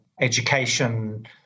education